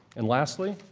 and lastly,